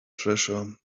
treasure